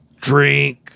drink